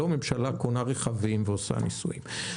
לא הממשלה קונה רכבים ועושה ניסויים.